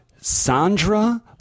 Sandra